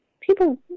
people